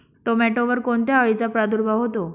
टोमॅटोवर कोणत्या अळीचा प्रादुर्भाव होतो?